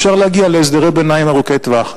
אפשר להגיע להסדרי ביניים ארוכי טווח.